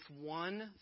one